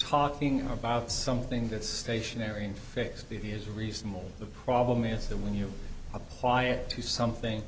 talking about something that's stationary and fix it is reasonable the problem is that when you apply it to something